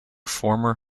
former